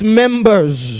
members